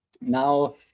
Now